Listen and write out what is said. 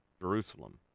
Jerusalem